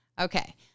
Okay